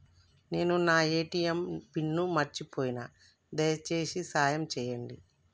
నేను నా ATM pin మర్చిపోయిన, దయచేసి సాయం చేయండి